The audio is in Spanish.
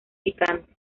picante